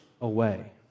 away